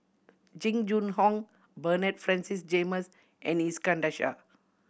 Jing Jun Hong Bernard Francis James and Iskandar Shah